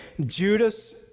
Judas